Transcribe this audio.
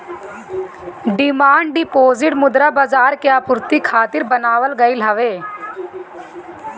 demand deposit मुद्रा बाजार के आपूर्ति खातिर बनावल गईल हवे